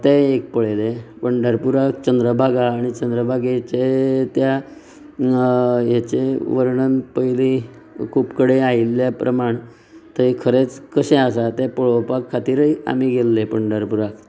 तें एक पळयले पंढरपुराक चंद्रबागा आहा आनी चंद्रबागेचे त्या हेचे वर्णन पयलीं खूब कडेन आयिल्ले प्रमाण थंय खरेंच कशें आसा तें पळोवपाक खातीरय आमी गेल्ले पंढरपुराक